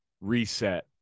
reset